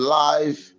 life